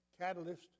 catalyst